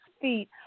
feet